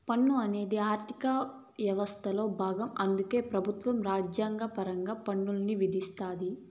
పన్ను అనేది ఆర్థిక యవస్థలో బాగం అందుకే పెబుత్వం రాజ్యాంగపరంగా పన్నుల్ని విధిస్తాది